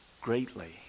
greatly